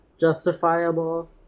justifiable